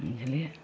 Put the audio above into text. बुझलियै